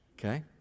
Okay